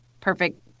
perfect